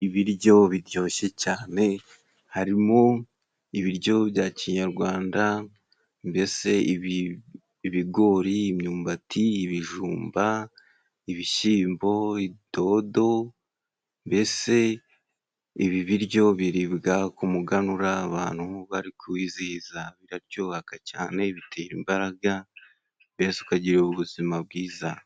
Ibiryo biryoshye cyane harimo ibiryo bya kinyarwanda mbese ibigori ,imyumbati, ibijumba, ibishyimbo, dodo, mbese ibi biryo biribwa ku muganura abantu bari kwizihiza birabyuyubaka cyane, bitera imbaraga mbese ukagira ubuzima bwiza.